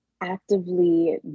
actively